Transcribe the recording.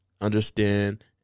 understand